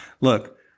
look